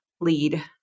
lead